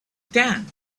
tank